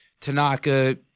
Tanaka –